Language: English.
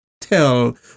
tell